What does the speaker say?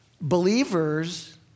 Believers